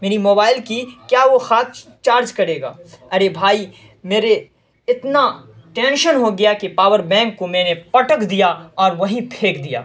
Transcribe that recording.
میری موبائل کی کیا وہ خاک چارج کڑے گا ارے بھائی میرے اتنا ٹینشن ہو گیا کہ پاور بینک کو میں نے پٹک دیا اور وہیں پھینک دیا